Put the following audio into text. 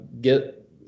get